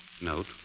Note